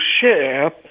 share